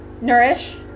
nourish